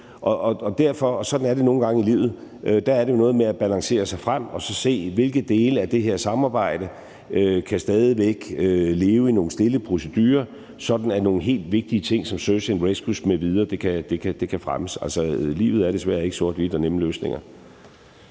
og sådan er det nogle gange i livet, er det noget med at balancere sig frem og så se, hvilke dele af det her samarbejde der stadig væk kan leve i nogle stille procedurer, sådan at nogle helt vigtige ting som search and rescue m.v. kan fremmes. Livet er desværre ikke sort-hvidt og nemme løsninger.